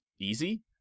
easy